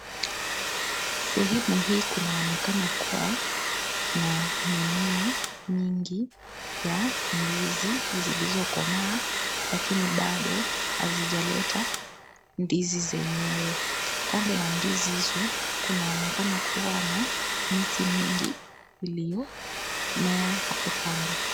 Sehemu hii kunaonekana kuwa ni ya mimea mingi ya ndizi zilizokomaa, lakini bado hazijaleta mdizi zenyewe. Kando ya ndizi hizo kunaonekana kuwa na miti mingi iliyomea hapo kando.